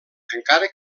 encara